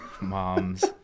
Mom's